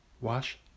Wash